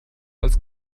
als